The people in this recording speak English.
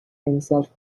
himself